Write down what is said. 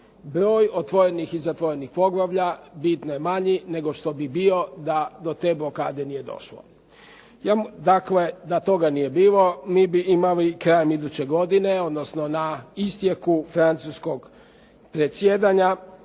broj otvorenih i zatvorenih poglavlja bitno je manji nego što bi bio da do te blokade nije došlo. Dakle, da toga nije bilo mi bi imali krajem iduće godine odnosno na isteku francuskog predsjedanja